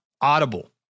Audible